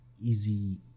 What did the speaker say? easy